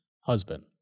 husband